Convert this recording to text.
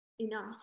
enough